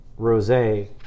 rosé